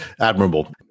admirable